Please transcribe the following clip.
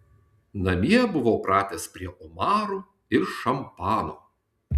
namie buvau pratęs prie omarų ir šampano